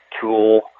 tool